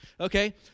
Okay